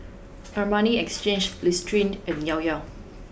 Armani Exchange Listerine and Llao Llao